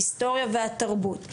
ההיסטוריה והתרבות,